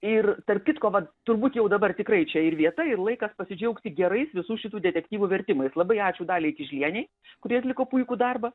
ir tarp kitko va turbūt jau dabar tikrai čia ir vieta ir laikas pasidžiaugti gerais visų šitų detektyvų vertimais labai ačiū daliai kižienei kuri atliko puikų darbą